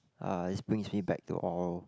ah this brings me back to oral